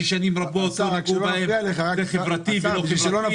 כששנים רבות לא נגעו בהם זה חברתי או לא חברתי?